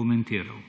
komentiral.«